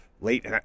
late